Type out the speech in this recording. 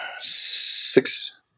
six